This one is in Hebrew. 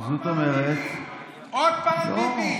זאת אומרת, עוד פעם ביבי?